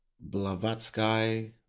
Blavatsky